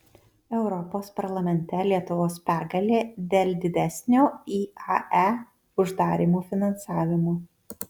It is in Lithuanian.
europos parlamente lietuvos pergalė dėl didesnio iae uždarymo finansavimo